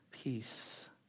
Peace